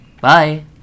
Bye